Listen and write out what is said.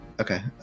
Okay